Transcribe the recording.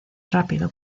rápido